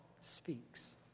speaks